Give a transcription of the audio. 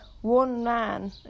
one-man